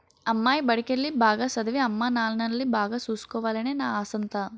అమ్మాయి బడికెల్లి, బాగా సదవి, అమ్మానాన్నల్ని బాగా సూసుకోవాలనే నా ఆశంతా